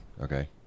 Okay